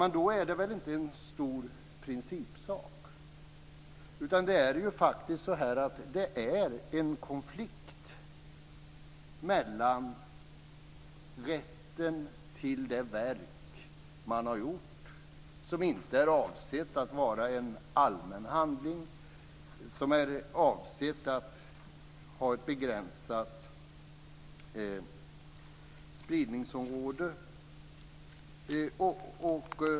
Men då är det väl inte en stor principsak utan faktiskt en konflikt vad gäller rätten till ett utfört verk som inte är avsett att vara en allmän handling utan för att ha ett begränsat spridningsområde.